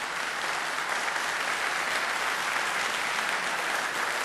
(חותם על ההצהרה)